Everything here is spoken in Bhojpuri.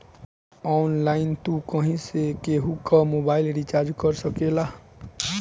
ऑनलाइन तू कहीं से केहू कअ मोबाइल रिचार्ज कर सकेला